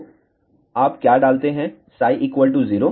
तो आप क्या डालते हैं 0